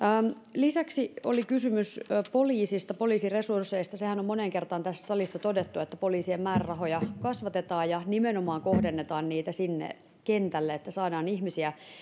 lisäksi oli kysymys poliisista poliisin resursseista sehän on moneen kertaan tässä salissa todettu että poliisien määrärahoja kasvatetaan ja nimenomaan kohdennetaan niitä sinne kentälle että saadaan ihmisiä